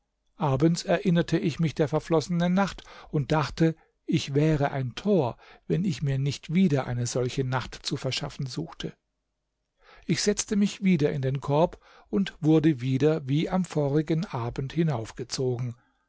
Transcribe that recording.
abends erinnerte ich mich der verflossenen nacht und dachte ich wäre ein tor wenn ich mir nicht wieder eine solche nacht zu verschaffen suchte ich setzte mich wieder in den korb und wurde wieder wie am vorigen abend